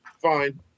fine